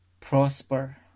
prosper